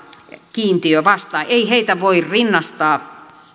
kiintiönä vastaan ei heitä voi rinnastaa